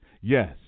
Yes